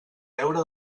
deure